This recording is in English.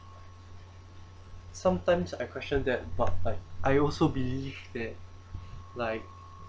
sometimes I question that but like I also believe that like